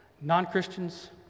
non-Christians